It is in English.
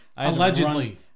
allegedly